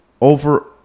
over